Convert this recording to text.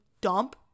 dump